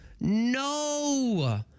no